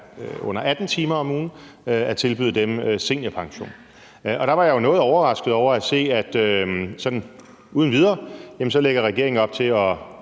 under 18 timer om ugen seniorpension. Og der var jeg jo noget overrasket over at se, at regeringen sådan uden videre lægger op til at